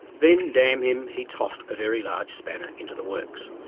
then damn him, he tossed a very large spanner into the works.